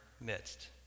midst